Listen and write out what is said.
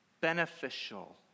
beneficial